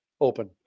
open